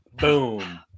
boom